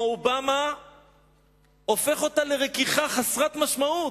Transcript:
אובמה הופך אותה לרכיכה חסרת משמעות.